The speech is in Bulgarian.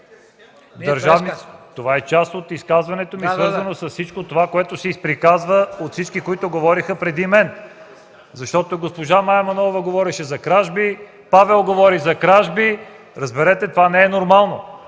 Това е част от изказването ми, свързано с всичко това, което се изприказва от всички, които говориха преди мен. Защото госпожа Мая Манолова говореше за кражби, Павел говори за кражби. Разберете: това не е нормално!